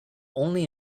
only